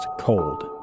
Cold